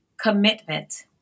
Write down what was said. commitment